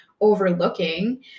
overlooking